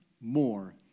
more